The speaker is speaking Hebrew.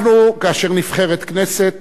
כאשר נבחרת כנסת,